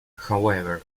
however